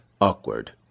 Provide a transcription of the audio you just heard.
awkward